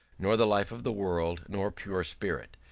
nor the life of the world, nor pure spirit.